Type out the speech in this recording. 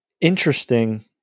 interesting